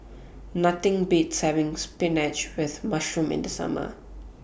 Nothing Beats having Spinach with Mushroom in The Summer